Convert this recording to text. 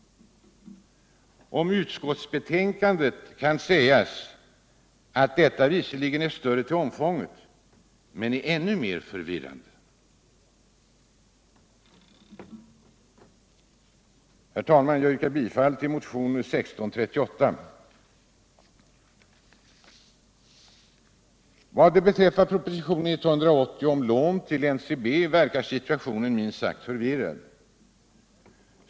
Om utskottsbetänkandet kan sägas att det är större till omfånget men ännu mer förvirrande. Herr talman! Jag yrkar bifall till motionen 1638. Vad beträffar propositionen 180 om lån till NCB verkar situationen minst sagt förvirrad.